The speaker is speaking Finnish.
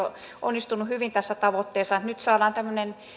onnistunut hyvin tässä tavoitteessa nyt saadaan tämmöinen